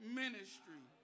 ministry